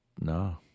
No